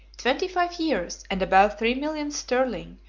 twenty-five years, and above three millions sterling,